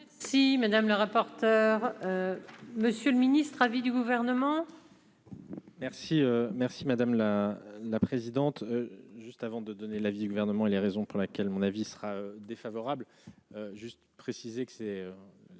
Si Madame le rapporteur monsieur le ministre à vie du gouvernement. Merci, merci, madame la la présidente, juste avant de donner l'avis du gouvernement et les raisons pour laquelle mon avis sera défavorable juste préciser que ces